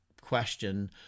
question